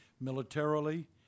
militarily